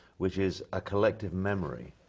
which is a collective memory,